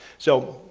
so,